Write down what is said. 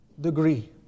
Degree